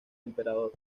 emperador